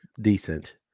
decent